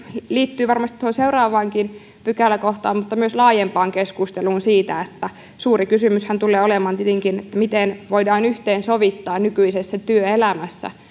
liittyy varmasti tuohon seuraavaankin pykäläkohtaan mutta myös laajempaan keskusteluun suuri kysymyshän tulee olemaan tietenkin se miten voidaan yhteensovittaa nykyisessä työelämässä